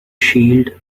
shield